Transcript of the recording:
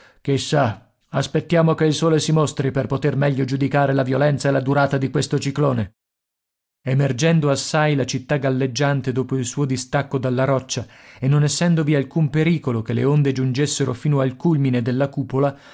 divertente chissà aspettiamo che il sole si mostri per poter meglio giudicare la violenza e la durata di questo ciclone emergendo assai la città galleggiante dopo il suo distacco dalla roccia e non essendovi alcun pericolo che le onde giungessero fino al culmine della cupola